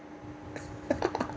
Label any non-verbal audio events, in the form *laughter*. *laughs*